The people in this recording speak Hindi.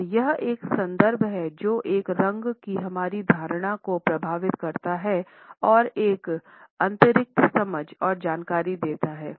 और यह एक संदर्भ है जो एक रंग की हमारी धारणा को प्रभावित करता है और एक अतिरिक्त समझ और जानकारी देता है